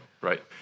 right